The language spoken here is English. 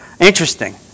Interesting